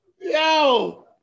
Yo